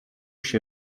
się